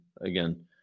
again